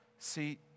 See